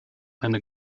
eine